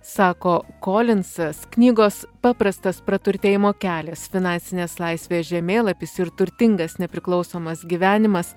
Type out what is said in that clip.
sako kolinsas knygos paprastas praturtėjimo kelias finansinės laisvės žemėlapis ir turtingas nepriklausomas gyvenimas